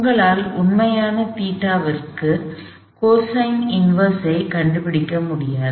உங்களால் உண்மையான ϴ க்கு கோசைன் இன்வெர்ஸ் ஐ கண்டுபிடிக்க முடியாது